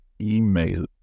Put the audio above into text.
email